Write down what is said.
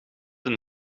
een